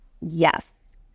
yes